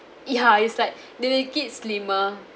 ya is like they make it slimmer